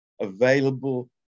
available